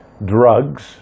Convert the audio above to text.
drugs